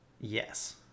yes